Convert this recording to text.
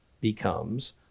becomes